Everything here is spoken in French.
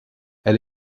elle